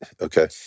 Okay